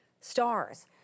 stars